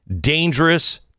dangerous